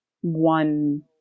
one